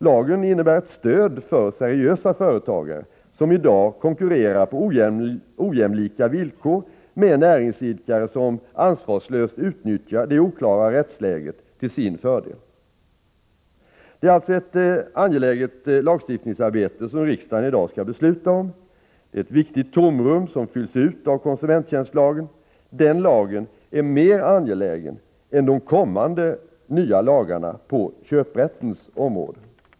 Lagen innebär ett stöd för seriösa företagare, som i dag konkurrerar på ojämlika villkor med näringsidkare som ansvarslöst utnyttjar det oklara rättsläget till sin fördel. Det är alltså ett angeläget lagstiftningsärende som riksdagen i dag skall besluta om. Det är ett viktigt tomrum som fylls ut av konsumenttjänstlagen. Den lagen är mer angelägen än de kommande nya lagarna på köprättens område.